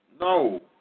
No